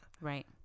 Right